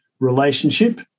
relationship